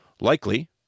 Likely